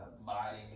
body